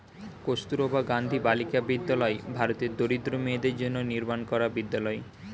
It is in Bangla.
কস্তুরবা গান্ধী বালিকা বিদ্যালয় ভারতের দরিদ্র মেয়েদের জন্য নির্মাণ করা বিদ্যালয়